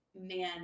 man